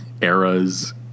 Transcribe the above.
eras